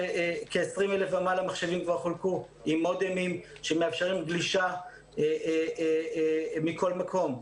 כ-20,000 ומעלה מחשבים כבר חולקו עם מודמים שמאפשרים גלישה מכל מקום.